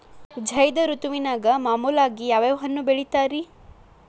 ಝೈದ್ ಋತುವಿನಾಗ ಮಾಮೂಲಾಗಿ ಯಾವ್ಯಾವ ಹಣ್ಣುಗಳನ್ನ ಬೆಳಿತಾರ ರೇ?